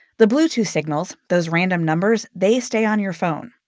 the bluetooth signals those random numbers they stay on your phone.